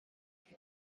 хүн